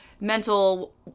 mental